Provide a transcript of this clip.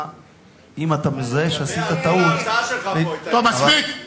אם אתה מזהה שעשית טעות, כל ההרצאה שלך, מספיק.